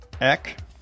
Eck